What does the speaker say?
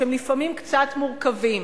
שהם לפעמים קצת מורכבים: